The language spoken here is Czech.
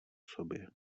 sobě